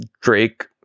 Drake